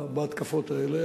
בהתקפות האלה.